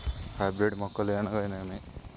Hybrid మొక్కలు అనగానేమి?